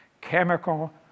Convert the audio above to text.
chemical